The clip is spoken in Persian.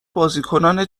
بازیکنان